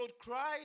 cried